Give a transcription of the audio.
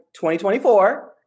2024